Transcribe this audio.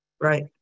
right